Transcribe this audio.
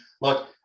look